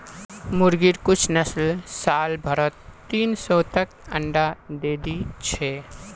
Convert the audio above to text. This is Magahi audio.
मुर्गिर कुछ नस्ल साल भरत तीन सौ तक अंडा दे दी छे